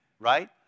right